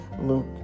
Luke